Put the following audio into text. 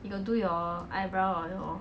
you got do your eyebrow or your